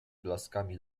blaskami